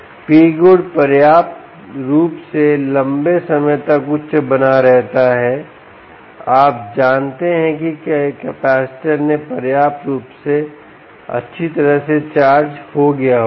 Pgood पर्याप्त रूप से लंबे समय तक उच्च बना रहता है आप जानते हैं कि कैपेसिटर ने पर्याप्त रूप से अच्छी तरह से चार्ज हो गया होगा